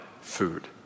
food